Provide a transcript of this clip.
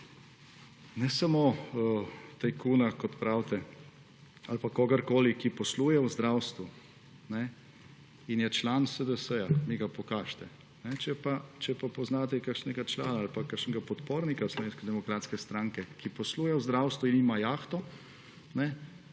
ne samo tajkuna, kot pravite ali pa kogarkoli, ki posluje v zdravstvu in je član SDS, mi ga pokažite. Če pa poznate kakšnega člana ali pa kakšnega podpornika Slovenske demokratske stranke, ki posluje v zdravstvu in ima jahto,